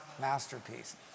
masterpiece